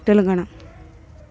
Telangana